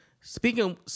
Speaking